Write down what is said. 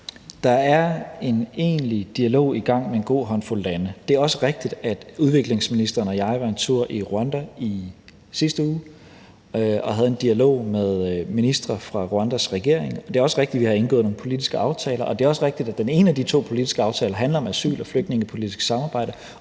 en egentlig dialog i gang med en god håndfuld lande. Det er også rigtigt, at udviklingsministeren og jeg var en tur i Rwanda i sidste uge og havde en dialog med ministre fra Rwandas regering. Det er også rigtigt, at vi har indgået nogle politiske aftaler, og det er også rigtigt, at den ene af de to politiske aftaler handler om asyl- og flygtningepolitisk samarbejde,